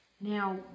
Now